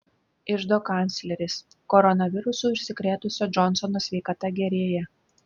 iždo kancleris koronavirusu užsikrėtusio džonsono sveikata gerėja